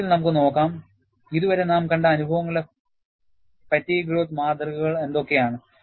ചുരുക്കത്തിൽ നമുക്ക് നോക്കാം ഇതുവരെ നാം കണ്ട അനുഭവങ്ങളുടെ ഫാറ്റീഗ് ഗ്രോത്ത് മാതൃകകൾ എന്തൊക്കെയാണ്